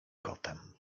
kotem